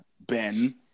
Ben